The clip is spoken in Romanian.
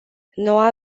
noua